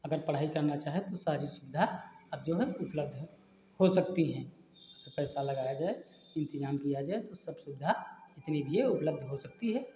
अगर पढ़ाई करना चाहे तो सारी सुविधा अब जो है उपलब्ध है हो सकती है अगर पैसा लगाया जाए इंतेज़ाम किया जाए तो सब सुविधा जितनी भी है उपलब्ध हो सकती है